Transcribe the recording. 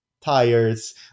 tires